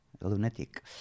lunatic